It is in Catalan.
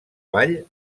vall